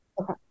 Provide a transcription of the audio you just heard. Okay